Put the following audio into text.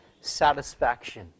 satisfaction